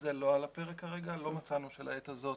זה לא על הפרק כרגע, לא מצאנו שלעת הזאת